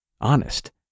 honest